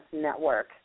Network